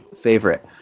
favorite